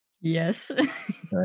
Yes